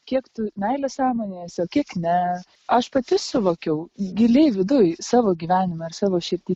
kiek tu meilės sąmonėje esi o kiek ne aš pati suvokiau giliai viduj savo gyvenime ir savo širdy